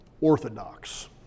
orthodox